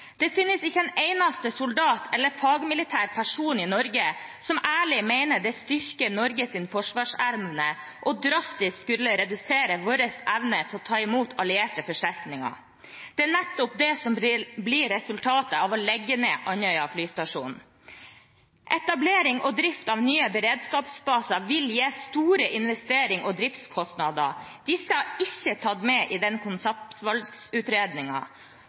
Det finnes ikke en eneste soldat eller fagmilitær person i Norge som ærlig mener det styrker Norges forsvarsevne å skulle drastisk redusere vår evne til å ta imot allierte forsterkninger. Det er nettopp det som blir resultatet av å legge ned Andøya flystasjon. Etablering og drift av nye beredskapsbaser vil gi store investerings- og driftskostnader. Disse er ikke tatt med i